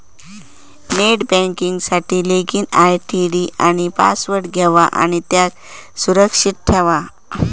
net banking साठी login ID आणि password घेवा आणि त्यांका सुरक्षित ठेवा